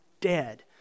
dead